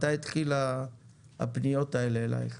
מתי התחילו הפניות האלה אלייך?